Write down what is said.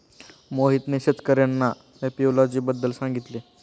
मोहितने शेतकर्यांना एपियोलॉजी बद्दल सांगितले